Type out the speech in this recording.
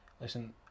listen